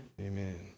Amen